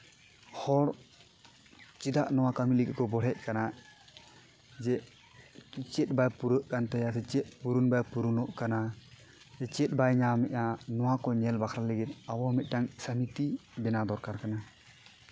ᱦᱚᱲ ᱪᱮᱫᱟᱜ ᱱᱚᱣᱟ ᱠᱟᱹᱢᱤ ᱞᱟᱹᱜᱤᱫ ᱠᱚ ᱵᱚᱲᱦᱮᱜ ᱠᱟᱱᱟ ᱡᱮ ᱪᱮᱫ ᱵᱟᱭ ᱯᱩᱨᱟᱹᱜ ᱠᱟᱱ ᱛᱟᱭᱟ ᱥᱮ ᱪᱮᱫ ᱯᱩᱨᱚᱱ ᱵᱟᱭ ᱯᱩᱨᱚᱱᱚᱜ ᱠᱟᱱᱟ ᱥᱮ ᱪᱮᱫ ᱵᱟᱭ ᱧᱟᱢᱮᱫᱼᱟ ᱱᱚᱣᱟ ᱠᱚ ᱧᱮᱞ ᱵᱟᱠᱷᱨᱟ ᱞᱟᱹᱜᱤᱫ ᱟᱵᱚ ᱢᱤᱫᱴᱟᱝ ᱥᱚᱢᱤᱛᱤ ᱵᱮᱱᱟᱣ ᱫᱚᱨᱠᱟᱨ ᱠᱟᱱᱟ